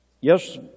Yes